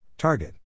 Target